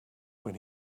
when